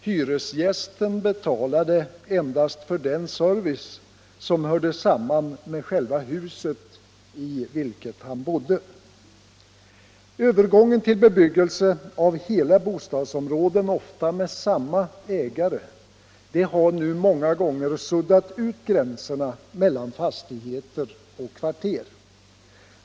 Hyresgästen betalade endast för den service som hörde samman med själva huset i vilket han bodde. Övergången till bebyggelse av hela bostadsområden, ofta med samma ägare, har nu många gånger suddat ut gränserna mellan fastigheter och kvarter.